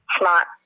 smart